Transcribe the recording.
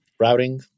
routing